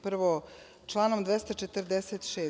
Prvo, članom 246.